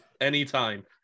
anytime